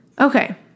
Okay